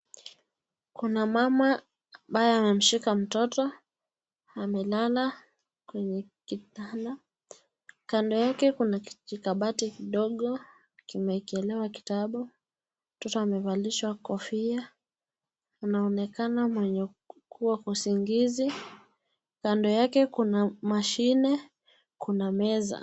Kuna mama ambaye amemshika mtoto, amelala kwenye kitanda. Kando yake kuna kijikabati kidigo kimeekelewa kitabu . Mtoto amevalishwa kofia, anaonekana mwenye usingizi. Kando yake kuna mashine, kuna meza.